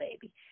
Baby